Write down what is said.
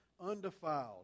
undefiled